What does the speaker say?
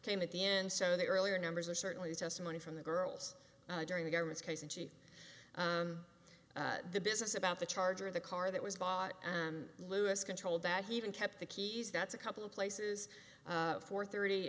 came at the end so the earlier numbers are certainly testimony from the girls during the government's case in chief the business about the charger the car that was bought and louis controlled that he even kept the keys that's a couple of places for thirty